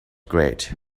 great